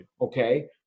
okay